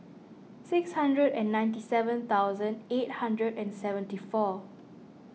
six hundred and ninety seven thousand eight hundred and seventy four